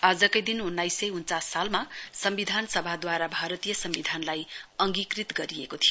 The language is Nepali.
आजकै दिन उन्नाइस सय उन्चास सालमा सम्विधान सभाद्वारा भारतीय सम्विधानलाई अंग्कृत गरिएको थियो